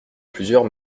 plusieurs